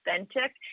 authentic